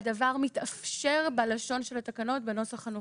שהדבר מתאפשר בלשון של התקנות בנוסח הנוכחי.